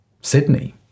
Sydney